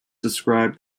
described